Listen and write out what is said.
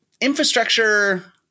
infrastructure